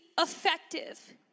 effective